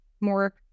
more